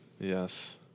Yes